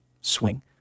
swing